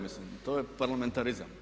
Mislim to je parlamentarizam.